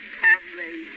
family